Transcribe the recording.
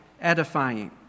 edifying